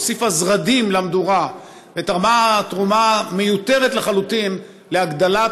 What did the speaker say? הוסיפה זרדים למדורה ותרמה תרומה מיותרת לחלוטין להגדלת